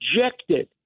rejected